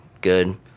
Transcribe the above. Good